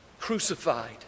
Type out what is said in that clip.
crucified